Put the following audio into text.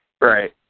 Right